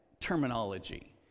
terminology